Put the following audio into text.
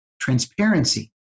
transparency